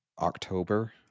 October